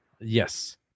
Yes